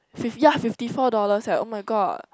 fif~ yeah fifty four dollars eh [oh]-my-god